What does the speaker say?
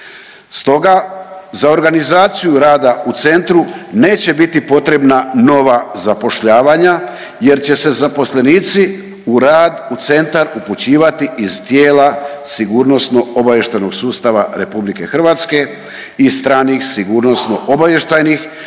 Stoga za organizaciju rada u centru neće biti potrebna nova zapošljavanja, jer će se zaposlenici u rad u centar upućivati iz tijela sigurnosno-obavještajnog sustava Republike Hrvatske i stranih sigurnosno-obavještajnih